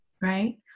right